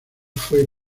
fue